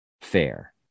fair